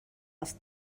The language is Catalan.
els